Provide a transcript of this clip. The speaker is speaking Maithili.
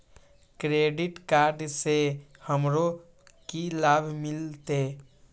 क्रेडिट कार्ड से हमरो की लाभ मिलते?